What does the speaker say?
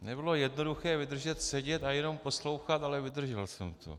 Nebylo jednoduché vydržet sedět a jenom poslouchat, ale vydržel jsem to.